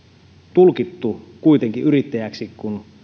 tulkittu kuitenkin yrittäjäksi kun